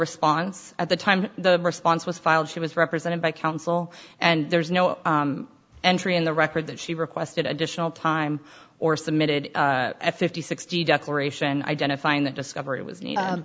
response at the time the response was filed she was represented by counsel and there's no entry in the record that she requested additional time or submitted at fifty sixty declaration identifying that discover